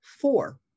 Four